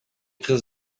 кыз